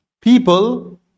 People